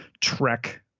Trek